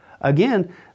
Again